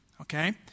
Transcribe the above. okay